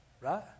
Right